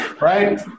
right